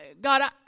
God